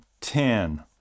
ten